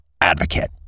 advocate